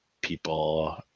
people